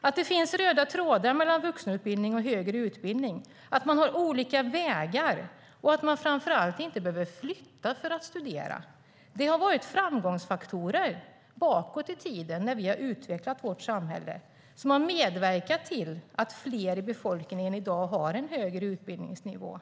Att det finns röda trådar mellan vuxenutbildning och högre utbildning, att man har olika vägar in och framför allt att man inte behöver flytta för att studera har varit framgångsfaktorer bakåt i tiden när vi utvecklat vårt samhälle. Det har medverkat till att fler i befolkningen i dag har en högre utbildningsnivå.